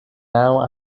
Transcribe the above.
now